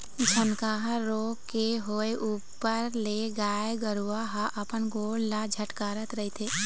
झनकहा रोग के होय ऊपर ले गाय गरुवा ह अपन गोड़ ल झटकारत रहिथे